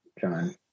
John